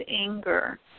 anger